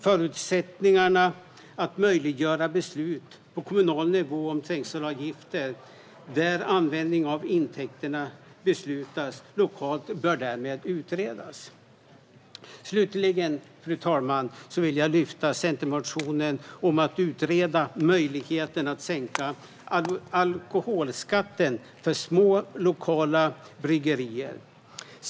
Förutsättningarna för att möjliggöra beslut på kommunal nivå om trängselavgifter där användningen av intäkterna beslutas lokalt bör därför utredas. Fru talman! Slutligen vill jag lyfta fram den centermotion som handlar om att utreda möjligheten att sänka alkoholskatten för små lokala bryggerier.